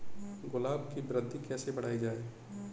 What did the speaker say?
गुलाब की वृद्धि कैसे बढ़ाई जाए?